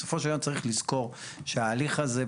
בסופו של יום צריך לזכור שההליך הזה,